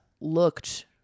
looked